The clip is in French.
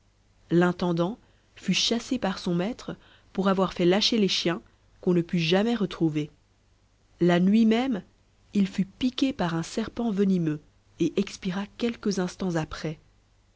l'intendant fut chassé par son maître pour avoir fait lâcher les chiens qu'on ne put jamais retrouver la nuit même il fut piqué par un serpent venimeux et expira quelques instants après